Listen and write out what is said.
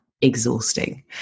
exhausting